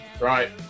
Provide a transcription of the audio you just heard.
Right